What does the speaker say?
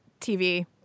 TV